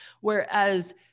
Whereas